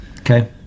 Okay